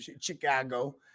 Chicago